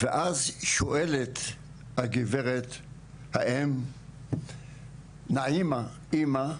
ואז שואלת הגברת האם, נעימה, אמא,